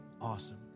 Awesome